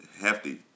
hefty